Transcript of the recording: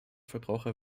verbraucher